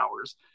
hours